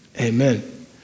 amen